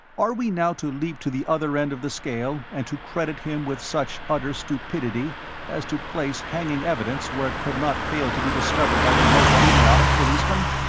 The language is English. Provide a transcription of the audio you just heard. are we now to leap to the other end of the scale, and to credit him with such utter stupidity as to place hanging evidence where it could not fail to be discovered by the most idiotic policeman?